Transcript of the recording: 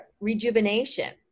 rejuvenation